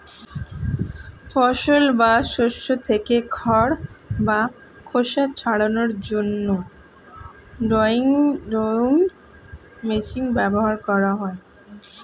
ফসল বা শস্য থেকে খড় বা খোসা ছাড়ানোর জন্য উইনউইং মেশিন ব্যবহার করা হয়